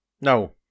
No